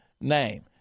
name